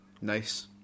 Nice